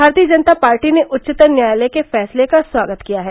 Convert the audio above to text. भारतीय जनता पार्टी ने उच्चतम न्यायालय के फैसले का स्वागत किया है